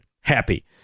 happy